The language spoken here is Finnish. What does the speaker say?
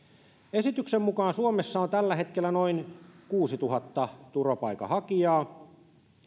esityksen mukaan suomessa on tällä hetkellä noin kuusituhatta turvapaikanhakijaa